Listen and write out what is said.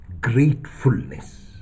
gratefulness